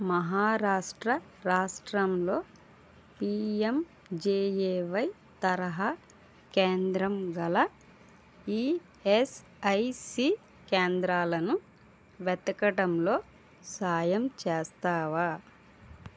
మహారాష్ట్ర రాష్ట్రంలో పీఎంజేఏవై తరహా కేంద్రం గల ఈఎస్ఐసి కేంద్రాలను వెతకడంలో సాయం చేస్తావా